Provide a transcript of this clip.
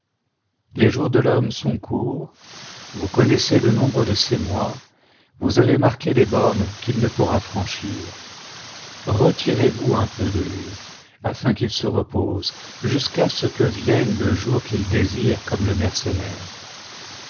les jours de l'homme sont courts vous connaissez le nombre de ses mois vous avez marqué les bornes qu'il ne pourra franchir retirez-vous m peu de lui afin qu'il se repose jusqu'à ce que vienne le jour qu'il désire comme le mercenaire